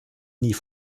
nie